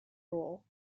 role